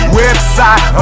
website